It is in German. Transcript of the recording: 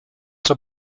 zur